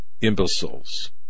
imbeciles